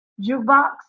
jukebox